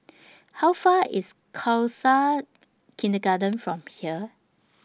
How Far away IS Khalsa Kindergarten from here